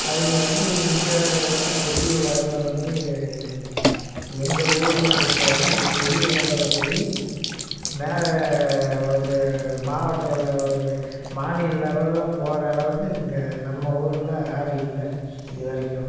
அவங்க வந்து இங்கே வந்து பெரிய லெவலில் வந்து எங்கள் ஊரில் பொறுத்தவரையிலும் பெரிய லெவலில் போய் மேலே ஒரு மாவட்டம்ல ஒரு மாநில லெவலில் போகிற அளவுக்கு இங்கே நம்ம ஊரில் யாரும் இல்லை இதுவரைக்கும்